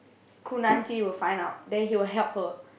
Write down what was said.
Gu Nan Xi will find out then he will help her